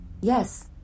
Yes